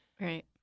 Right